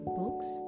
books